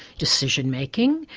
decision making,